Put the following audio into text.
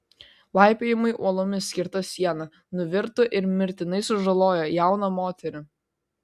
laipiojimui uolomis skirta siena nuvirto ir mirtinai sužalojo jauną moterį